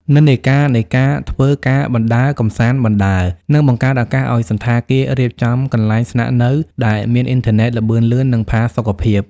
និន្នាការនៃ "ការធ្វើការបណ្តើរ កម្សាន្តបណ្តើរ" នឹងបង្កើតឱកាសឱ្យសណ្ឋាគាររៀបចំកន្លែងស្នាក់នៅដែលមានអ៊ីនធឺណិតល្បឿនលឿន និងផាសុកភាព។